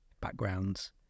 backgrounds